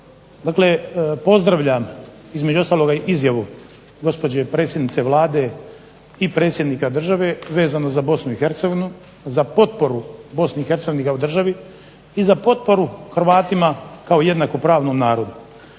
Dakle, pozdravljam između ostaloga izjavu gospođe predsjednice Vlade i predsjednika države vezano za Bosnu i Hercegovinu, za potporu Bosni i Hercegovini kao državi i za potporu Hrvatima kao jednakopravnom narodu.